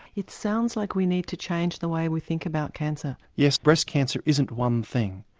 it sounds like we need to change the way we think about cancer. yes, breast cancer isn't one thing.